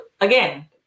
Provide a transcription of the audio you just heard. again